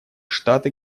штаты